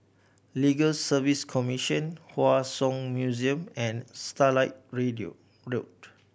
Legal Service Commission Hua Song Museum and Starlight Road